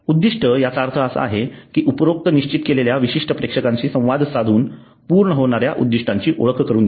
उद्दिष्ट याचा अर्थ असा आहे की उपरोक्त निश्चित केलेल्या विशिष्ठ प्रेक्षकांशी संवाद साधून पूर्ण होणाऱ्या उद्दिष्टाची ओळख करून देणे